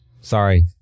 Sorry